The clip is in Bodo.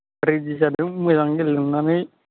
ओरै बिजादजों मोजां गेलेनो मोननानै